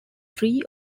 three